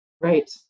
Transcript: Right